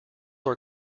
are